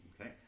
Okay